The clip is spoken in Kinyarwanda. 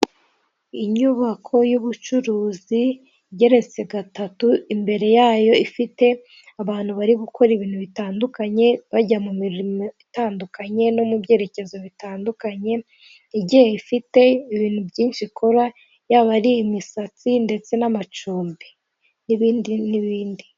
Inyubako y'ubucuruzi igeretse gatatu imbere yayo ifite abantu bari gukora ibintu bitandukanye bajya mu mirimo itandukanye no mu byerekezo bitandukanye igiye ifite ibintu byinshi ikora yaba ari imisatsi ndetse n'amacumbi n'ibindi n'ibindi.